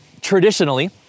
traditionally